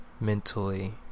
mentally